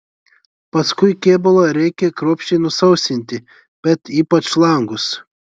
paskui kėbulą reikia kruopščiai nusausinti bet ypač langus